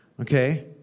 Okay